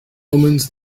omens